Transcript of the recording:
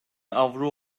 avro